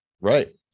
right